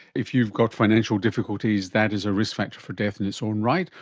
if you've got financial difficulties, that is a risk factor for death in its own right,